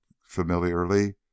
familiarly